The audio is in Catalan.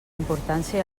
importància